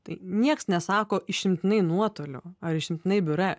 tai nieks nesako išimtinai nuotoliu ar išimtinai biure